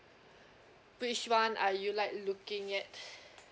which one are you like looking at